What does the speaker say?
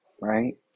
right